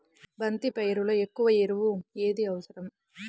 బంతి పైరులో ఎక్కువ ఎరువు ఏది అవసరం?